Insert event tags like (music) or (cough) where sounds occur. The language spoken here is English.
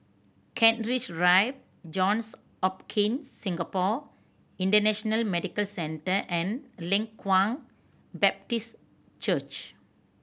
Kent (unintelligible) Rive Johns Hopkins Singapore International Medical Centre and Leng Kwang Baptist Church